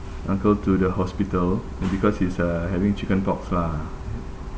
uncle to the hospital and because he's uh having chicken pox lah